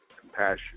Compassion